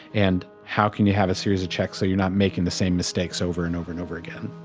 and how can you have a series of checks so you're not making the same mistakes over and over and over again?